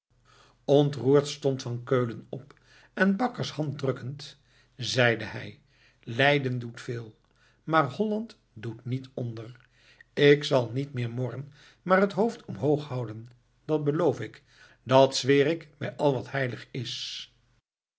ontroerd stond van keulen op en bakkers hand drukkend zeide hij leiden doet veel maar holland doet niet onder ik zal niet meer morren maar het hoofd omhoog houden dat beloof ik dat zweer ik bij al wat heilig is